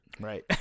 Right